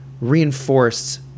Reinforced